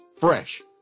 Fresh